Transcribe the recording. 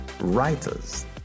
writers